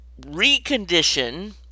recondition